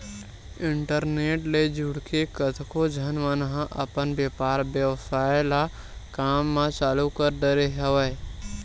internet ले जुड़के कतको झन मन ह अपन बेपार बेवसाय के काम ल चालु कर डरे हवय